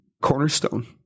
cornerstone